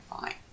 fine